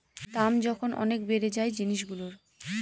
দাম যখন অনেক বেড়ে যায় জিনিসগুলোর